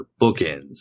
bookends